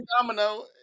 Domino